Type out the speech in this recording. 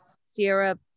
Sierra